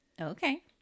Okay